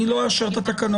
אני לא אאשר את התקנות.